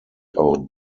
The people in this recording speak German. auch